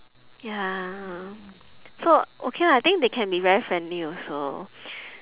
ya so okay lah I think they can be very friendly also